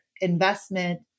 investment